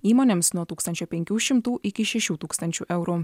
įmonėms nuo tūkstančio penkių šimtų iki šešių tūkstančių eurų